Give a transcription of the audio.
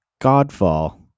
Godfall